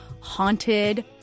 Haunted